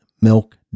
Milk